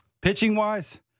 pitching-wise